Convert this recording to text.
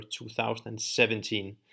2017